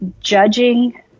judging